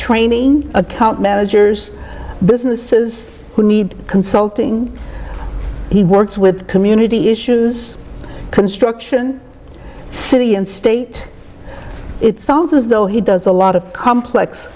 training account managers businesses who need consulting he works with community issues construction city and state it sounds as though he does a lot of complex